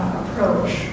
approach